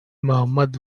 mohammad